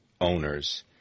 owners